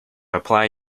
apply